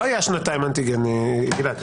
לא היה שנתיים אנטיגן, גלעד.